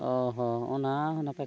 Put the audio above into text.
ᱚᱻ ᱦᱚ ᱚᱱᱟ ᱱᱟᱯᱟᱭ ᱠᱟᱛᱷᱟ